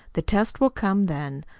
the test will come then.